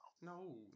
No